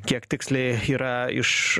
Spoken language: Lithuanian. kiek tiksliai yra iš